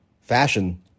fashion